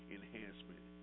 enhancement